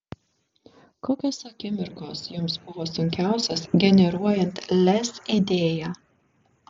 kokios akimirkos jums buvo sunkiausios generuojant lez idėją